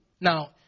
Now